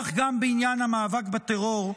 כך גם בעניין המאבק בטרור.